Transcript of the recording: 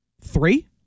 Three